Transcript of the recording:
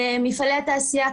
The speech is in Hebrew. מפעלי התעשייה,